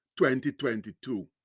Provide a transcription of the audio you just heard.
2022